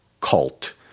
cult